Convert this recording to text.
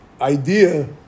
idea